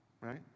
right